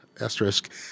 asterisk